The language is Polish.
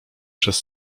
przez